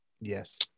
Yes